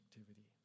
activity